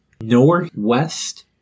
northwest